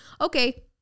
okay